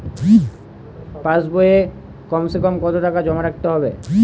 পাশ বইয়ে কমসেকম কত টাকা জমা রাখতে হবে?